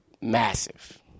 massive